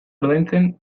ordaintzen